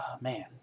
man